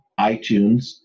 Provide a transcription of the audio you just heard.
iTunes